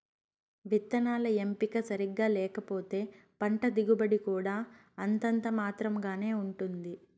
విత్తనాల ఎంపిక సరిగ్గా లేకపోతే పంట దిగుబడి కూడా అంతంత మాత్రం గానే ఉంటుంది